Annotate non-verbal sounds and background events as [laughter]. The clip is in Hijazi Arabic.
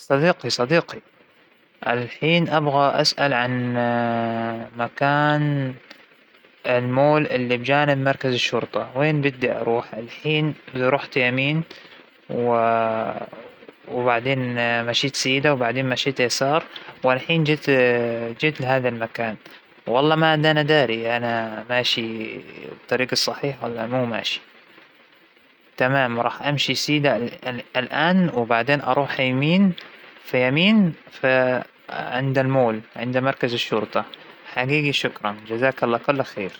مرحبا أبغي أسأل عن أقرب مركزشرطة هون، لأني جديد بالمكان، [hesitation] ما سبق وزرته [hesitation] و [hesitation] محتاج اروحلهم لانه ضاع منى شيء وأبغى ابلغهم، [hesitation] لو فيك تساعدني بيكون [hesitation] جزاك الله ألف خير، شكرا إلك كثير.